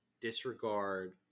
disregard